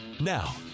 Now